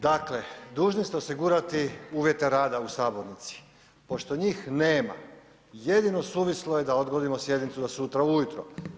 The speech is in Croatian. Dakle, dužni ste osigurati uvjete rada u sabornici, pošto njih nema jedino suvislo je da odgodimo sjednicu za sutra ujutro.